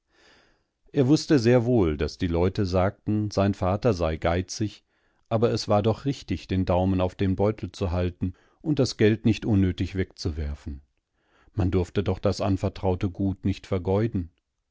er wußte sehr wohl daß die leute sagten sein vater sei geizig aber es war dochrichtig dendaumenaufdenbeutelzuhaltenunddasgeldnichtunnötig wegzuwerfen man durfte doch das anvertraute gut nicht vergeuden